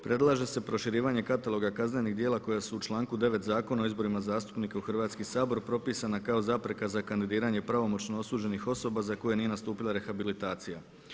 Predlaže se proširivanje kataloga kaznenih djela koja su u članku 9. Zakona o izborima zastupnika u Hrvatski sabor propisana kao zapreka za kandidiranje pravomoćno osuđenih osoba za koje nije nastupila rehabilitacija.